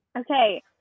Okay